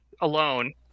alone